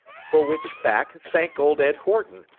for which fack thank old ed horton,